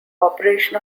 operation